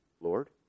Lord